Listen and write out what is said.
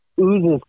oozes